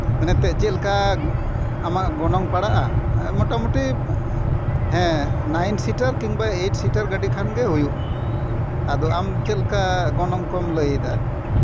ᱤᱱᱟᱹᱛᱮ ᱪᱮᱫ ᱞᱮᱠᱟ ᱟᱢᱟᱝ ᱜᱚᱱᱚᱝ ᱯᱟᱲᱟᱜᱼᱟ ᱢᱳᱴᱟᱢᱩᱴᱤ ᱦᱮᱸ ᱱᱟᱭᱤᱱ ᱥᱤᱴᱟᱨ ᱠᱤᱢᱵᱟ ᱮᱭᱤᱴ ᱥᱤᱴᱟᱨ ᱜᱟᱹᱰᱤ ᱠᱷᱟᱱᱜᱮ ᱦᱩᱭᱩᱜᱼᱟ ᱟᱫᱚ ᱟᱢ ᱪᱮᱫᱠᱟ ᱜᱚᱱᱚᱝ ᱠᱚᱢ ᱞᱟᱹᱭᱫᱟ